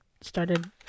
started